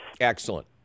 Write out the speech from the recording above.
Excellent